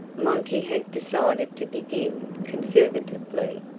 monty had decided to begin conservatively.